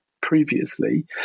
previously